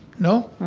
no?